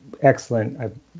excellent